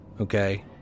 okay